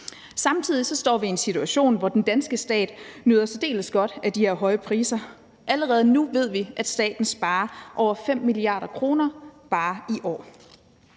Samtidig står vi i en situation, hvor den danske stat nyder særdeles godt af de her høje priser. Allerede nu ved vi, at staten sparer over 5 mia. kr. bare i år.